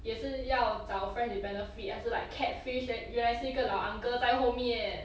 也是要找 friend with benefit 还是 like catfish 原原来是一个老 uncle 在后面